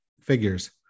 figures